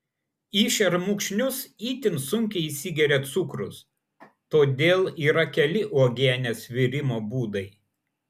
į šermukšnius itin sunkiai įsigeria cukrus todėl yra keli uogienės virimo būdai